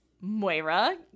Moira